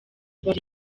bari